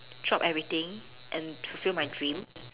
drop everything and fulfill my dream